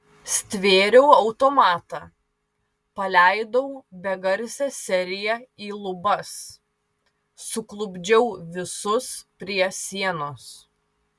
stvėriau automatą paleidau begarsę seriją į lubas suklupdžiau visus prie sienos